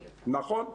נכון.